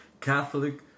Catholic